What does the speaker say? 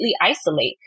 isolate